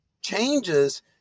changes